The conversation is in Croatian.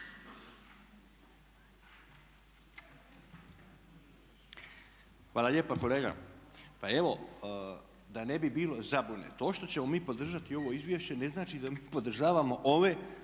Hvala lijepa kolega. Pa evo da ne bi bilo zabune, to što ćemo mi podržati ovo izvješće ne znači da mi podržavamo ove,